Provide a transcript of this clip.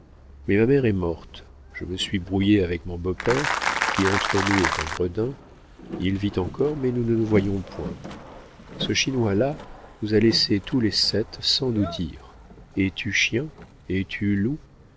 mais ma mère est morte je me suis brouillé avec mon beau-père qui entre nous est un gredin il vit encore mais nous ne nous voyons point ce chinois-là nous a laissés tous les sept sans nous dire es-tu chien es-tu loup